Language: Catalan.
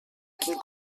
quin